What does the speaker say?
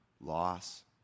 loss